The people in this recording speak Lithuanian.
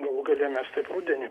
galų gale mes taip rudenį